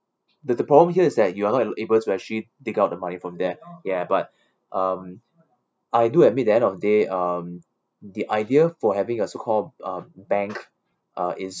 the the problem here is that you're not able to actually take out the money from there ya but um I do admit the end of day um the idea for having a so called uh bank uh is